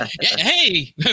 Hey